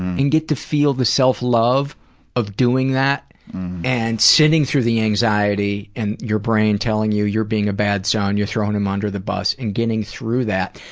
and get to feel the self-love of doing that and sitting through the anxiety and your brain telling you you're being a bad so son, you're throwing him under the bus, and getting through that,